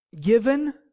given